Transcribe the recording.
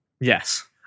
Yes